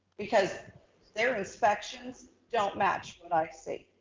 because their inspections don't match what i see.